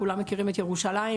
כולם מכירים את ירושלים,